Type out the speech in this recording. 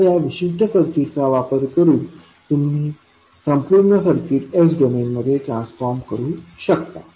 तर या विशिष्ट सर्किटचा वापर करून तुम्ही संपूर्ण सर्किट s डोमेन मध्ये ट्रान्सफॉर्म करू शकता